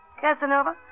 Casanova